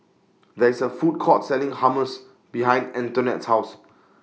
There IS A Food Court Selling Hummus behind Antonette's House